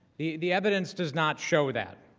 the the evidence does not show that.